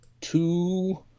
two